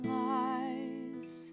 lies